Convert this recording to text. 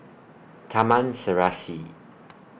Taman Serasi